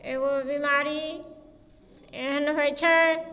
एगो बीमारी एहन होइ छै